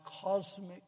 cosmic